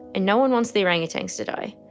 and no one wants the orangutans to die,